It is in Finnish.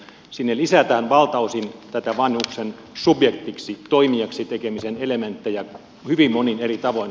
sinne lisätään valtaosin näitä vanhuksen subjektiksi toimijaksi tekemisen elementtejä hyvin monin eri tavoin